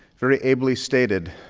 very ably stated,